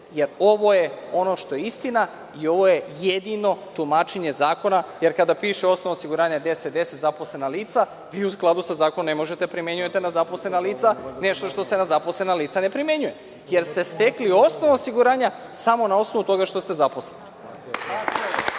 jer ovo je ono što je istina i ovo je jedino tumačenje zakona, jer kada piše osnov osiguranja 1010 - zaposlena lica, vi u skladu sa zakonom ne možete da primenjujete na zaposlena lica nešto što se na zaposlena lica ne primenjuje, jer ste stekli osnov osiguranja samo na ovnovu toga što ste zaposleni.(Snežana